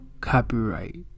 Copyright